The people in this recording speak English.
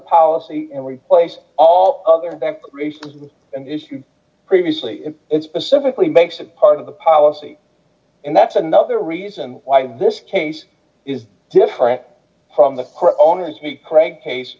policy and replace all other races and issues previously it specifically makes it part of the policy and that's another reason why this case is different from the owners we crank cas